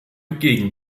gegen